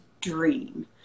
dream